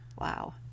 Wow